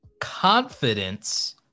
Confidence